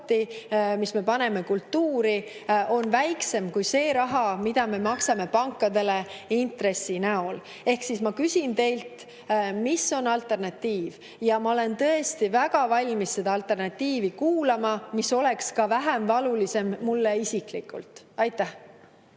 mis me paneme kultuuri, on väiksem kui see raha, mida me maksame pankadele intressidena. Ma küsin teilt, mis on alternatiiv. Ma olen tõesti väga valmis kuulama seda alternatiivi, mis oleks vähem valulik ka mulle isiklikult. Aitäh!